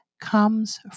Comes